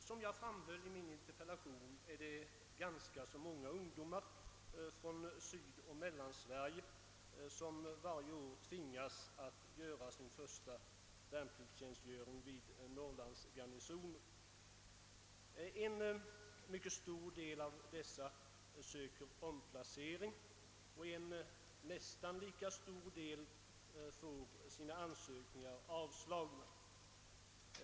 Som jag framhöll i min interpellation är det ganska många ungdomar från Sydoch Mellansverige som varje år tvingas fullgöra sin första värnpliktstjänstgöring vid norrlandsgarnisoner. En mycket stor del av dessa söker omplacering och en nästan lika stor del får sina ansökningar avslagna.